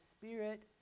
Spirit